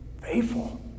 Faithful